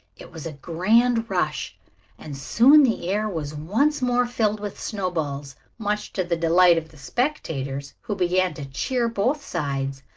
it was a grand rush and soon the air was once more filled with snowballs, much to the delight of the spectators, who began to cheer both sides.